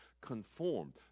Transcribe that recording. conformed